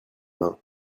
mains